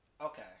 Okay